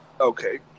Okay